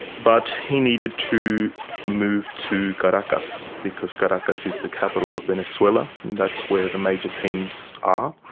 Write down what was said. but he needed to move to caracas, because caracas is the capital of venezuela and that's where the major teams are.